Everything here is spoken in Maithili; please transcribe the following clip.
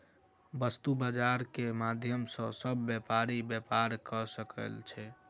वस्तु बजार के माध्यम सॅ सभ व्यापारी व्यापार कय सकै छै